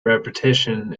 repetition